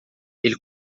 ele